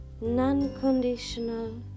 non-conditional